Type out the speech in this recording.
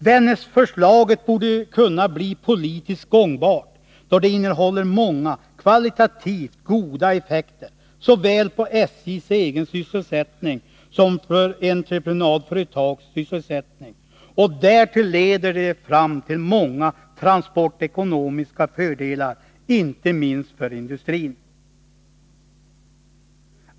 Vännäsförslaget borde kunna bli politiskt gångbart, då det innehåller många kvalitativt goda effekter, såväl på SJ:s egen sysselsättning som för entreprenadföretags sysselsättning, och därtill leder det fram till många transportekonomiska fördelar, inte minst för industrin.